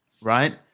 right